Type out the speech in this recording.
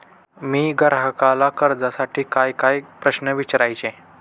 मी ग्राहकाला कर्जासाठी कायकाय प्रश्न विचारावे?